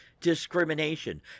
discrimination